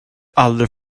aldrig